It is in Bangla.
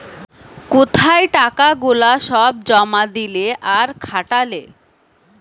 কোথায় টাকা গুলা সব জমা দিলে আর খাটালে